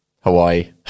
Hawaii